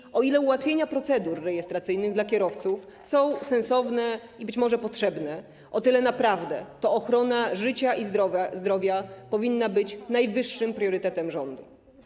I o ile ułatwienia procedur rejestracyjnych dla kierowców są sensowne i być może potrzebne, o tyle tak naprawdę to ochrona życia i zdrowia powinna być najwyższym priorytetem rządu.